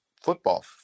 football